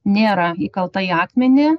nėra įkalta į akmenį